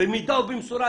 במידה ובמשורה,